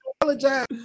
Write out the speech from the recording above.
apologize